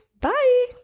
Bye